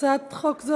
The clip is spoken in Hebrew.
הצעת חוק זו,